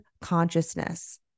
consciousness